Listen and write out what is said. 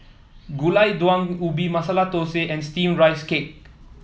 Gulai Daun Ubi Masala Thosai and steamed Rice Cake